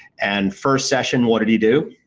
and first session what did he do?